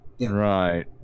right